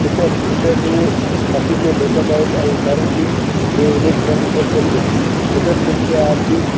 heater heater हे अतिशय धोकादायक आहे कारण की ते इलेक्ट्रॉनिकवर चालते हीटरपेक्षा आपली